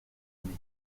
mike